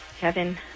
Kevin